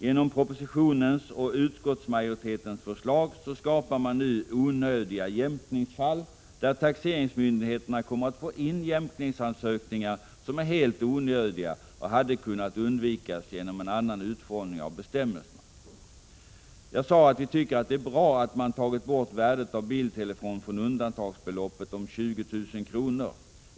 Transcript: Genom propositionens och utskottsmajoritetens förslag skapar man nu onödiga jämkningsfall där taxeringsmyndigheterna kommer att få in jämkningsansökningar som är helt onödiga och hade kunnat undvikas genom en annan utformning av bestämmelserna. Jag sade att vi tycker att det är bra att man tagit bort värdet av biltelefon från undantagsbeloppet om 20 000 kr.